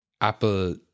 Apple